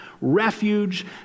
refuge